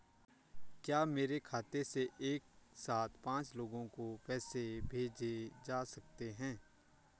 क्या मेरे खाते से एक साथ पांच लोगों को पैसे भेजे जा सकते हैं?